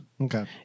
Okay